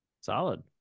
solid